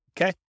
okay